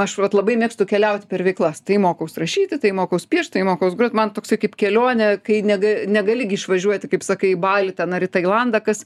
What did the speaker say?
aš vat labai mėgstu keliauti per veiklas tai mokaus rašyti tai mokaus piešt tai mokaus grot man toks kaip kelionė kai neg negali gi išvažiuoti kaip sakai į balį ten ar į tailandą kas